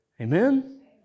Amen